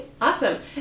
Awesome